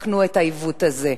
תתקנו את העיוות הזה.